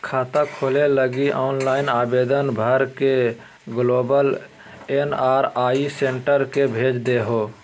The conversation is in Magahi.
खाता खोले लगी ऑनलाइन आवेदन भर के ग्लोबल एन.आर.आई सेंटर के भेज देहो